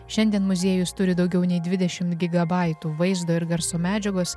šiandien muziejus turi daugiau nei dvidešimt gigabaitų vaizdo ir garso medžiagos